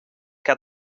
que